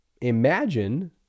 imagine